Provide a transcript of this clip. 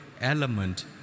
element